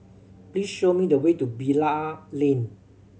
please show me the way to Bilal Lane